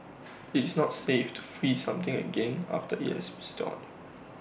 IT is not safe to freeze something again after IT has thawed